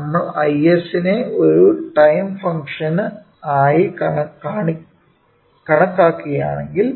നമ്മൾ Is നെ ഒരു ടൈം ഫങ്ക്ഷന് ആയി കണക്കാക്കുകയാണെങ്കിൽ